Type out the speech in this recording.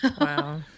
Wow